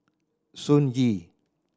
Sun Yee